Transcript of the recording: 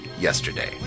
yesterday